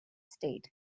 stayed